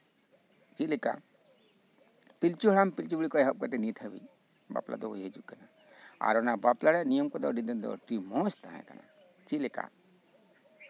ᱯᱤᱞᱪᱩ ᱦᱟᱲᱟᱢ ᱯᱤᱞᱪᱩ ᱵᱩᱲᱦᱤ ᱠᱷᱚᱱ ᱮᱦᱚᱵ ᱠᱟᱛᱮᱜ ᱱᱤᱛ ᱦᱟᱹᱵᱤᱡ ᱵᱟᱯᱞᱟ ᱫᱚ ᱦᱩᱭ ᱦᱤᱡᱩᱜ ᱠᱟᱱᱟ ᱟᱨ ᱵᱟᱯᱞᱟ ᱨᱮᱭᱟᱜ ᱱᱤᱭᱚᱢ ᱠᱚᱫᱚ ᱟᱹᱰᱤ ᱢᱚᱸᱡ ᱛᱟᱸᱦᱮ ᱠᱟᱱᱟ ᱪᱮᱫ ᱞᱮᱠᱟ